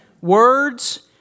Words